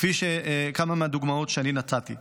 כמו כמה מהדוגמאות שאני נתתי.